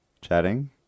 chatting